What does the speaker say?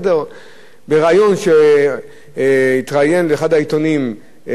בריאיון לאחד העיתונים של חקלאי אחד,